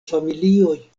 familioj